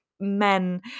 men